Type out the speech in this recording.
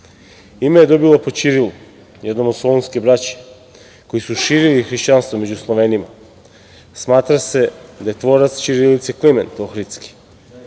oči. Ime je dobila po Ćirilu, jednom od Solunske braće koji su širili hrišćanstvo među Slovenima. Smatra se da je tvorac ćirilice Klimet Ohridsdki,